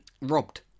robbed